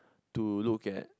to look at